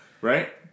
Right